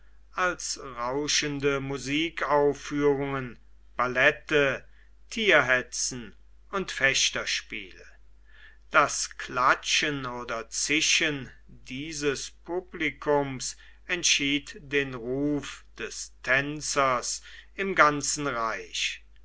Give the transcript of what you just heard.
als rauschende musikaufführungen ballette tierhetzen und fechterspiele das klatschen oder zischen dieses publikums entschied den ruf des tänzers im ganzen reich